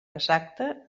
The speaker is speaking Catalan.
exacta